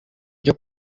ryo